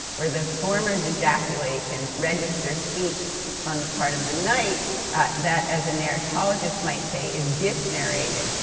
where the former's ejaculations register speech on the part of the knight that, as a narratologist might say, is disnarrated,